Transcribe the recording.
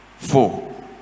Four